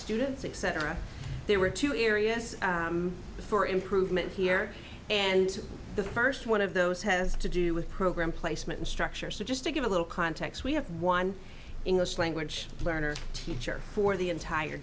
students etc there were two areas for improvement here and the first one of those has to do with program placement in structure so just to give a little context we have one english language learners teacher for the entire